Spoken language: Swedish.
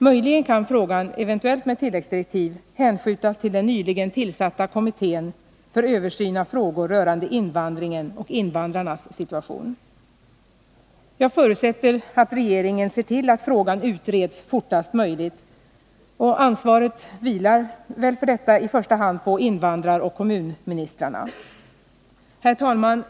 Möjligen kan frågan — eventuellt med tilläggsdirektiv — hänskjutas till den nyligen tillsatta kommittén för översyn av frågor rörande invandringen och invandrarnas situation. Jag förutsätter att regeringen ser till att frågan utreds fortast möjligt, och ansvaret för detta vilar väl på invandraroch kommunministrarna. Herr talman!